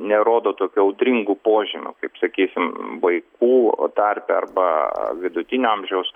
nerodo tokių audringų požymių kaip sakykim vaikų tarpe arba vidutinio amžiaus